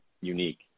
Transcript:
unique